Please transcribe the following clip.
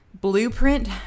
blueprint